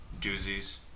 Doozie's